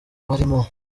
barimo